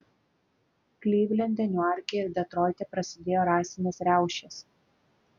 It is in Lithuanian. klivlende niuarke ir detroite prasidėjo rasinės riaušės